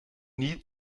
nie